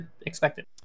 expected